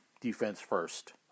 defense-first